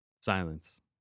silence